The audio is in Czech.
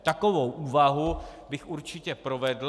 Takovou úvahu bych určitě provedl.